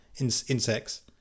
insects